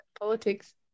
politics